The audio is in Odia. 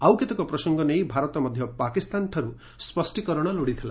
ଆଉ କେତେକ ପ୍ରସଙ୍ଗ ନେଇ ଭାରତ ମଧ୍ୟ ପାକିସ୍ତାନଠାରୁ ସ୍କଷ୍ଟୀକରଣ ଲୋଡ଼ିଥିଲା